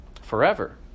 forever